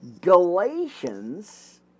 Galatians